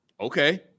Okay